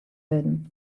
wurden